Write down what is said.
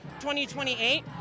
2028